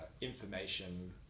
information